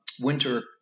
winter